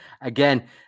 again